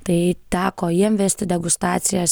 tai teko jiem vesti degustacijas